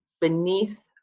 beneath